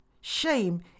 Shame